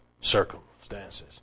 circumstances